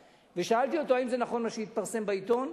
ושאלתי אותו אם נכון מה שהתפרסם בעיתון,